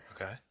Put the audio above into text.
Okay